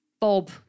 Bob